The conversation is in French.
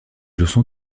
leçons